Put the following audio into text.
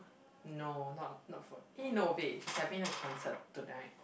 no not not for eh no wait he's having a concert tonight